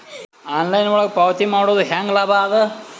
Online ಒಳಗ ಪಾವತಿ ಮಾಡುದು ಹ್ಯಾಂಗ ಲಾಭ ಆದ?